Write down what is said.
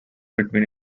between